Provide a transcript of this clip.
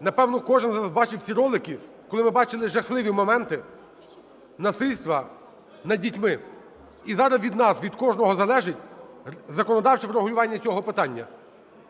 Напевно, кожен з нас бачив ці ролики, коли ми бачили жахливі моменти насильства над дітьми. І зараз від нас, від кожного, залежить законодавче врегулювання цього питання.